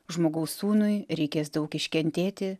žmogaus sūnui reikės daug iškentėti